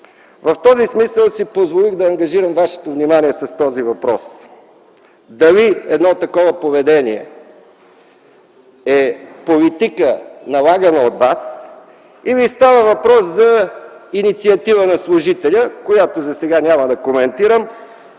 В този смисъл си позволих да ангажирам Вашето внимание с въпроса дали такова поведение е политика, налагана от Вас, или става въпрос за инициатива на служителя, която сега няма да коментирам.